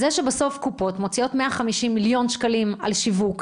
זה בסוף קופות מוציאות 150 מיליון שקלים על שיווק,